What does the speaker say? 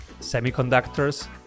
semiconductors